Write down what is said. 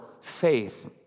faith